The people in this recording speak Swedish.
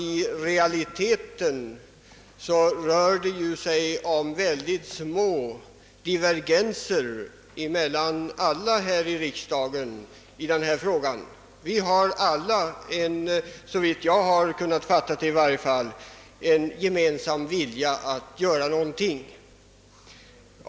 I realiteten är divergenserna i riksdagsledamöternas åsikter mycket små. Vi har, såvitt jag har kunnat förstå, alla en gemensam vilja att göra någonting.